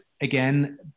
again